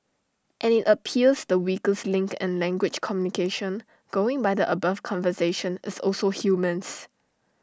and IT appears the weakest link in language communication going by the above conversation is also humans